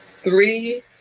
three